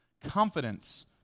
confidence